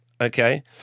Okay